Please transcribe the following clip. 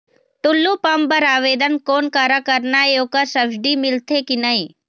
Tullu pump बर आवेदन कोन करा करना ये ओकर सब्सिडी मिलथे की नई?